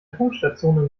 funkstation